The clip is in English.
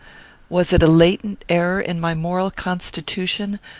was it a latent error in my moral constitution,